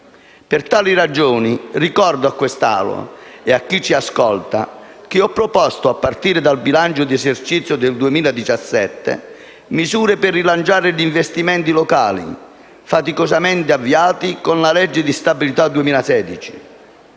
Per tali ragioni, ricordo a quest'Assemblea e a chi ci ascolta che ho proposto, a partire dal bilancio di esercizio del 2017, misure per rilanciare gli investimenti locali faticosamente avviati con la legge di stabilità 2016.